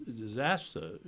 disaster